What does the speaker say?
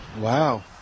Wow